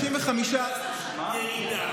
יש ירידה.